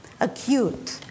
acute